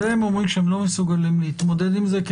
זה הם אומרים שהם לא מסוגלים להתמודד עם זה כי